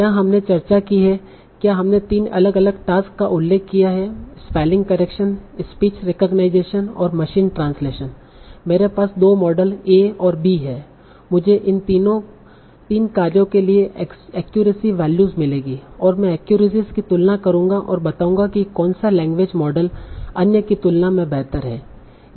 यहां हमने चर्चा की है क्या हमने तीन अलग अलग टास्कस का उल्लेख किया है स्पेलिंग करेक्शन स्पीच रेकोगनाईजेसन और मशीन ट्रांसलेशन मेरे पास दो मॉडल ए और बी है मुझे इन तीन कार्यों के लिए एक्यूरेसी वैल्यूज मिलेगी और मैं एक्यूरेसी की तुलना करूंगा और बताऊंगा कि कौनसा लैंग्वेज मॉडल अन्य की तुलना में बेहतर है